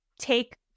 take